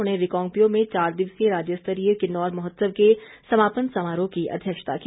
उन्होंने रिकांगपिओ में चार दिवसीय राज्य स्तरीय किन्नौर महोत्सव के समापन समारोह की अध्यक्षता की